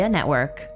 Network